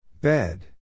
Bed